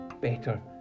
better